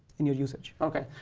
and your usage. okay.